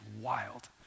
wild